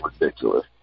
ridiculous